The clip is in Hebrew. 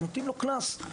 אז נותנים לו קנס.